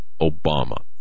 Obama